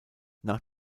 nach